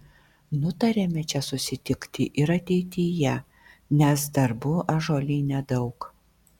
nutarėme čia susitikti ir ateityje nes darbų ąžuolyne daug